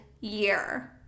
year